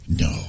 No